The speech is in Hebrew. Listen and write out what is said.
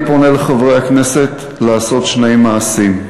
אני פונה לחברי הכנסת לעשות שני מעשים,